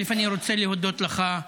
אני רוצה להודות לך,